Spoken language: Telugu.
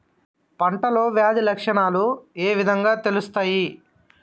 పంటలో వ్యాధి లక్షణాలు ఏ విధంగా తెలుస్తయి?